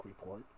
Report